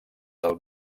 del